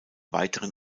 weiteren